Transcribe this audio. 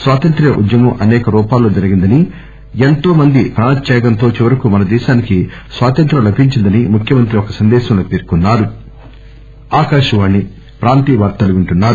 స్వాతంత్ర్య ఉద్యమం అసేక రూపాల్లో జరిగిందని ఎంతో మంది ప్రాణత్యాగంతో చివరికి మన దేశానికి స్వాతంత్య లభించిందని ముఖ్యమంత్రి ఒక సందేశంలో పేర్కొన్నారు